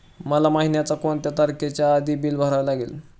मला महिन्याचा कोणत्या तारखेच्या आधी बिल भरावे लागेल?